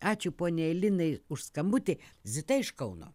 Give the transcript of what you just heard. ačiū poniai alinai už skambutį zita iš kauno